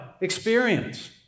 experience